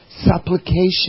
supplication